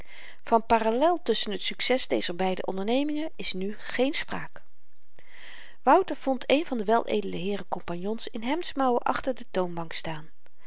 van parallel tusschen t succes dezer beide ondernemingen is nu geen spraak wouter vond een van de weledele heeren kompagnons in hemdsmouwen achter de toonbank staan